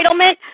entitlement